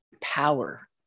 power